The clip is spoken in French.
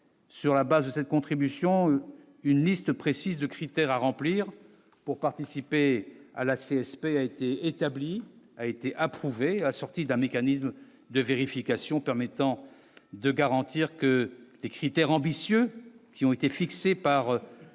Sur la base de cette contribution une liste précise de critères à remplir pour participer à la CSPI a été établie, a été approuvée, assortie d'un mécanisme de vérification permettant de garantir que les critères ambitieux qui ont été fixées par la